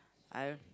I